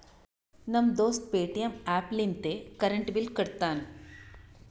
ನಮ್ ದೋಸ್ತ ಪೇಟಿಎಂ ಆ್ಯಪ್ ಲಿಂತೆ ಕರೆಂಟ್ ಬಿಲ್ ಕಟ್ಟತಾನ್